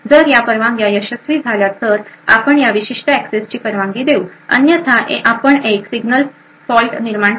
जर या परवानग्या यशस्वी झाल्या तर आपण या विशिष्ट एक्सेसची परवानगी देऊ अन्यथा आपण एक सिग्नल फॉल्ट निर्माण करु